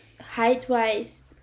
height-wise